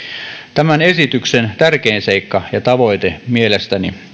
tämän esityksen tärkein seikka ja tavoite mielestäni